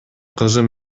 кызым